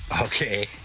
Okay